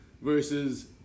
Versus